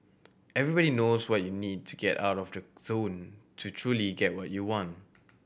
everybody knows what you need to get out of the zone to truly get what you want